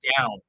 down